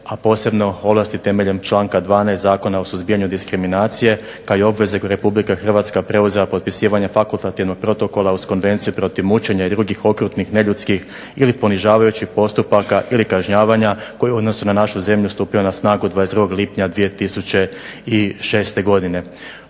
a posebno ovlasti temeljem članka 12. Zakona o suzbijanju diskriminacije kao i obveze koje je Republika Hrvatska preuzela potpisivanjem Fakultativnog protokola uz konvenciju protiv mučenja i drugih okrutnih, neljudskih ili ponižavajućih postupaka ili kažnjavanja koji je u odnosu na našu zemlju stupio na snagu 22. lipnja 2006. godine.